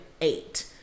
eight